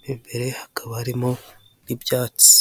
mu imbere hakaba harimo n'ibyatsi.